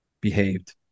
behaved